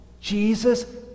Jesus